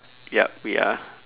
yup we are